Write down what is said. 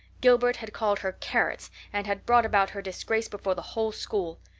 gilbert had called her carrots and had brought about her disgrace before the whole school.